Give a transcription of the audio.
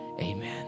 Amen